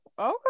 okay